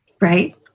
Right